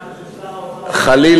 לא שמעת ששר האוצר, חינם?